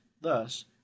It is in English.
thus